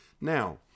Now